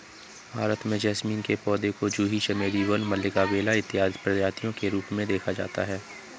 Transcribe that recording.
भारत में जैस्मीन के पौधे को जूही चमेली वन मल्लिका बेला इत्यादि प्रजातियों के रूप में देखा जाता है